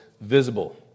visible